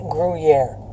Gruyere